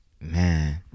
man